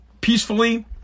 peacefully